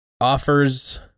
offers